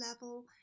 level